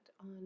on